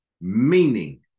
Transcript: meaning